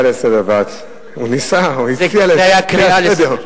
זה היה קריאה לסדר.